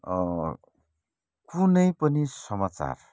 कुनै पनि समाचार